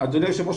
אדוני היושב ראש,